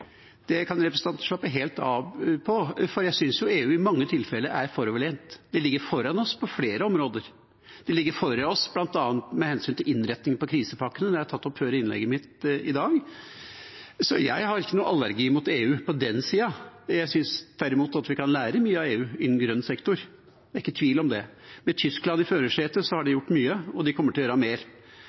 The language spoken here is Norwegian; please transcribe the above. Det kan representanten slappe helt av på, for jeg synes EU i mange tilfeller er foroverlent. De ligger foran oss på flere områder. De ligger foran oss bl.a. med hensyn til innretningen på krisepakkene. Det har jeg tatt opp i innlegget mitt før i dag, så jeg har ikke noe allergi mot EU på den sida. Jeg synes tvert imot at vi kan lære mye av EU innen grønn sektor. Det er ikke tvil om det. Med Tyskland i førersetet har de gjort mye, og de kommer til å gjøre mer.